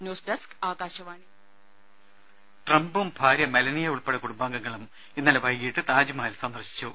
news desk Akashvani ദേദ ട്രംപും ഭാര്യ മെലനിയ ഉൾപ്പെടെ കുടുംബാംഗങ്ങളും ഇന്നലെ വൈകിട്ട് താജ്മഹൽ സന്ദർശിച്ചു